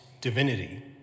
divinity